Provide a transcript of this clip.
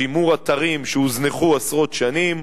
שימור אתרים שהוזנחו עשרות שנים,